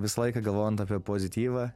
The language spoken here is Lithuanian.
visą laiką galvojant apie pozityvą